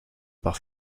par